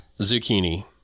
Zucchini